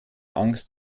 angst